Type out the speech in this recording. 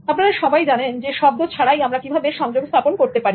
আপনারা সবাই জানেন শব্দ ছাড়াই আমরা কিভাবে সংযোগ স্থাপন করতে পারি